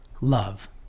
Love